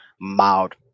mild